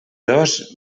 dos